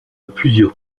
plusieurs